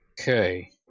Okay